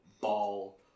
ball